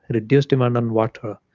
and reduce the amount on water,